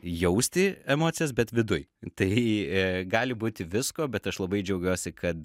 jausti emocijas bet viduj tai gali būti visko bet aš labai džiaugiuosi kad